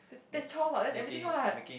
that's that's chores what that's everything what